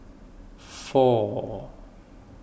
four